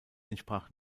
entsprach